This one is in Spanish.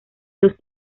los